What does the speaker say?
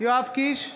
יואב קיש,